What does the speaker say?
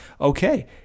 okay